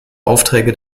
aufträge